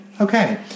Okay